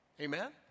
Amen